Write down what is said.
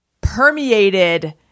permeated